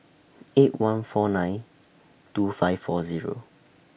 eight one four nine two five four Zero